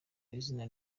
izina